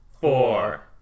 four